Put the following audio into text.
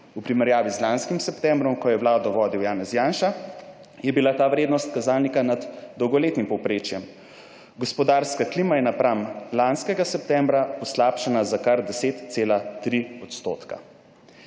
V primerjavi z lanskim septembrom, ko je Vlado vodil Janez Janša, je bila ta vrednost kazalnika nad dolgoletnim povprečjem. Gospodarska klima je napram lanskega septembra poslabšana za kar 10,3 %.